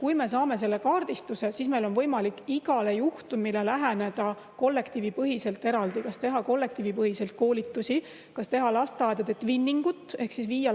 Kui me saame selle kaardistuse, siis meil on võimalik igale juhtumile läheneda kollektiivipõhiselt eraldi: kas teha kollektiivipõhiselt koolitusi, kas teha lasteaedadetwinning'utehk siis viia